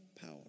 power